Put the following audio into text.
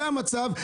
זה המצב,